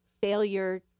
failure